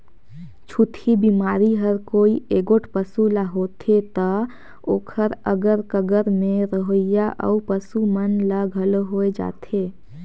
छूतही बेमारी हर कोई एगोट पसू ल होथे त ओखर अगर कगर में रहोइया अउ पसू मन ल घलो होय जाथे